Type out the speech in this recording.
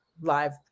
live